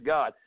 God